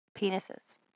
penises